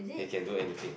he can do anything